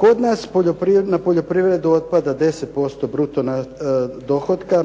Kod nas na poljoprivredu otpada 10% bruto dohotka,